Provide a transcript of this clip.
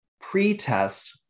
pre-test